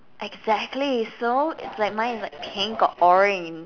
exactly so it's like mine is like pink or orange